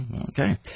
Okay